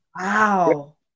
Wow